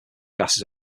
gases